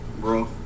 bro